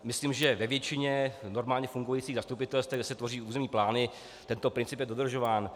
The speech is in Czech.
Myslím, že ve většině normálně fungujících zastupitelstev, kde se tvoří územní plány, tento princip je dodržován.